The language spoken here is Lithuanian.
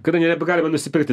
kadangi nebegalima nusipirkti